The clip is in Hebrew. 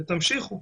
תמשיכו.